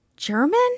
German